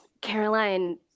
Caroline